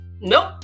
nope